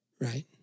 right